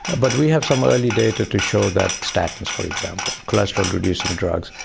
but we have some early data to show that statins for example, cholesterol reducing drugs,